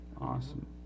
awesome